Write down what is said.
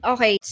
Okay